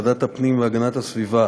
לוועדת הפנים והגנת הסביבה